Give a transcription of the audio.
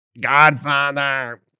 Godfather